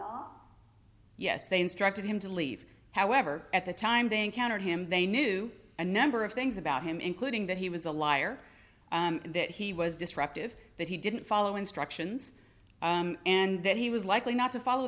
well yes they instructed him to leave however at the time they encountered him they knew a number of things about him including that he was a liar and that he was disruptive that he didn't follow instructions and that he was likely not to follow